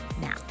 now